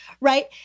right